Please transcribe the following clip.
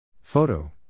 Photo